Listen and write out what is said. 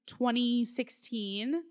2016